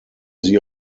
sie